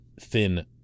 thin